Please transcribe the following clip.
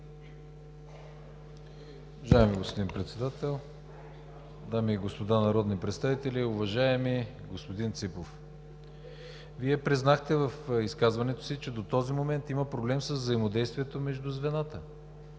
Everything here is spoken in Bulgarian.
Уважаеми господин Председател, дами и господа народни представители! Уважаеми господин Ципов, Вие признахте в изказването си, че до този момент има проблем с взаимодействието между звената